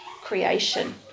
creation